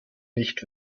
nicht